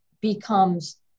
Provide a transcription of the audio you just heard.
becomes